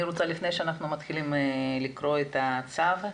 לפני שאנחנו מתחילים לקרוא את הצו,